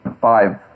five